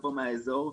מהאזור,